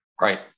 Right